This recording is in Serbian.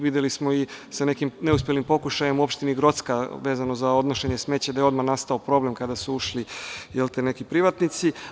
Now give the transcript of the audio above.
Videli smo to sa nekim neuspelim pokušajem u opštini Grocka, vezano za odnošenje smeća, da je odmah nastao problem kada su ušli neki privatnici.